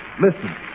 listen